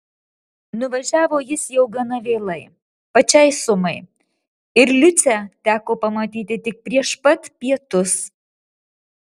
nuvažiavo jis jau gana vėlai pačiai sumai ir liucę teko pamatyti tik prieš pat pietus